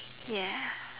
ya